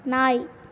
நாய்